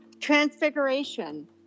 Transfiguration